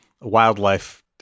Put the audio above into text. wildlife